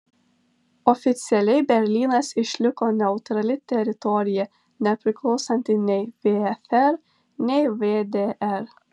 oficialiai berlynas išliko neutrali teritorija nepriklausanti nei vfr nei vdr